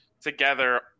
together